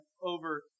over